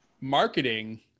Marketing